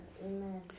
Amen